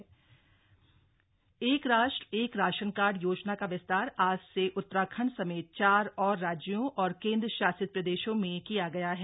one nation one ration card एक राष्ट्र एक राशन कार्ड योजना का विस्तार आज से उत्तराखंड समेत चार और राज्यों और केन्द्रशासित प्रदेशों में किया गया है